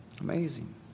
amazing